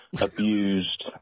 abused